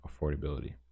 affordability